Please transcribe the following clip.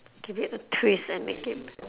give it a twist and make it